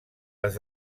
les